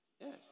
Yes